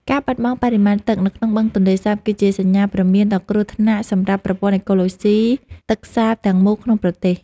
ការបាត់បង់បរិមាណទឹកនៅក្នុងបឹងទន្លេសាបគឺជាសញ្ញាព្រមានដ៏គ្រោះថ្នាក់សម្រាប់ប្រព័ន្ធអេកូឡូស៊ីទឹកសាបទាំងមូលក្នុងប្រទេស។